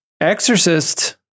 Exorcist